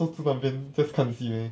坐住那边 just 看戏 meh